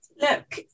look